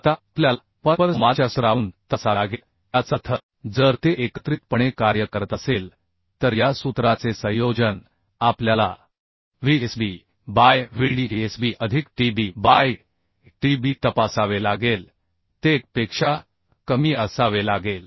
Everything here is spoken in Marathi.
आता आपल्याला परस्परसंवादाच्या सूत्रावरून तपासावे लागेल याचा अर्थ जर ते एकत्रितपणे कार्य करत असेल तर या सूत्राचे संयोजन आपल्याला VSB बाय VDSB अधिक TB बाय TDB तपासावे लागेल ते 1 पेक्षा कमी असावे लागेल